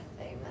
Amen